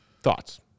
Thoughts